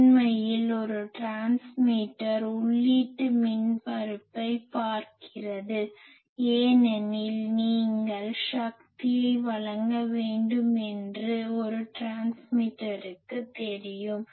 உண்மையில் ஒரு டிரான்ஸ்மிட்டர் உள்ளீட்டு மின்மறுப்பைப் பார்க்கிறது ஏனெனில் நீங்கள் சக்தியை வழங்க வேண்டும் என்று ஒரு டிரான்ஸ்மிட்டருக்கு தெரியும்